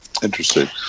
interesting